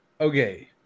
okay